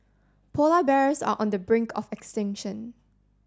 polar bears are on the brink of extinction